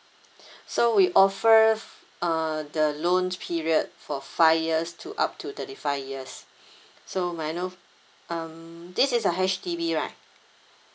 so we offer uh the loan period for five years to up to thirty five years so may I know um this is a H_D_B right